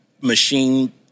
machine